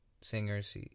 singers